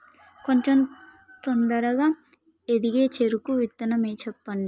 కొంచం తొందరగా ఎదిగే చెరుకు విత్తనం చెప్పండి?